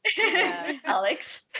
Alex